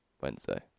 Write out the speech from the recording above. Wednesday